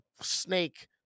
snake